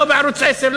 לא בערוץ 10,